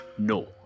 No